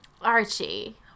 Archie